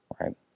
right